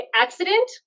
accident